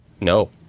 No